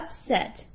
upset